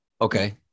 Okay